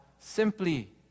simply